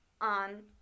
on